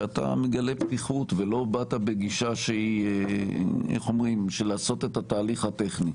שאתה מגלה פתיחות ולא באת בגישה של לעשות את התהליך הטכני.